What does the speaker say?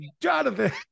Jonathan